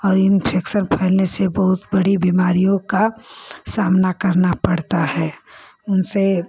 और इन्फेकशन फैलने से बहुत बड़ी बीमारियों का सामना करना पड़ता है उनसे